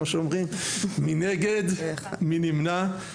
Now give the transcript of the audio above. אין נמנעים,